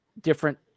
different